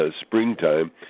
springtime